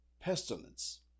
pestilence